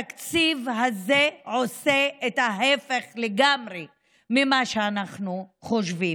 התקציב הזה עושה את ההפך לגמרי ממה שאנחנו חושבים.